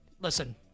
listen